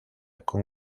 con